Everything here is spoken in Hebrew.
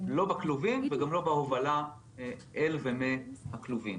לא בכלובים וגם לא בהובלה אל ומהכלובים.